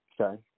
Okay